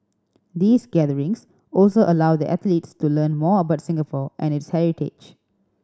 these gatherings also allow the athletes to learn more about Singapore and its heritage